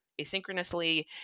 asynchronously